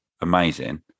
amazing